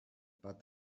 but